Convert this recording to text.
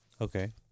okay